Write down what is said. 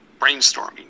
brainstorming